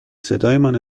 صدایمان